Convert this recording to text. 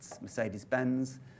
Mercedes-Benz